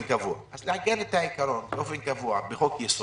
קבוע אז לעגן את העיקרון באופן קבוע בחוק-יסוד,